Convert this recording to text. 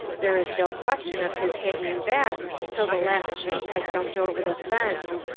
there is no question of his hanging back till the last sheep has jumped over the fence.